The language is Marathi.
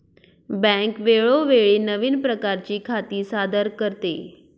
बँक वेळोवेळी नवीन प्रकारची खाती सादर करते